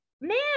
man